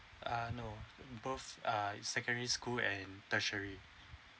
ah no both are secondary school and tertiary